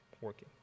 working